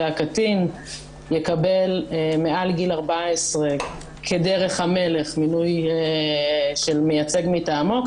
והקטין יקבל מעל גיל 14 כדרך המלך מינוי של מייצג מטעמו,